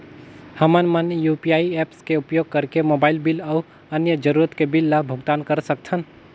हमन मन UPI apps के उपयोग करिके मोबाइल बिल अऊ अन्य जरूरत के बिल ल भुगतान कर सकथन